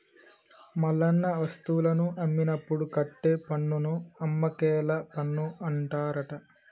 మల్లన్న వస్తువులను అమ్మినప్పుడు కట్టే పన్నును అమ్మకేల పన్ను అంటారట